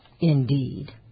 Indeed